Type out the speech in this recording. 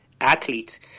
athletes